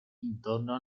intorno